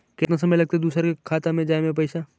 केतना समय लगतैय दुसर के खाता में जाय में पैसा?